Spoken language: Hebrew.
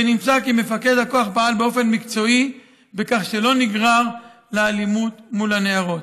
ונמצא כי מפקד הכוח פעל באופן מקצועי בכך שלא נגרר לאלימות מול הנערות.